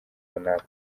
runaka